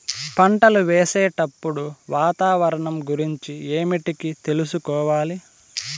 పంటలు వేసేటప్పుడు వాతావరణం గురించి ఏమిటికి తెలుసుకోవాలి?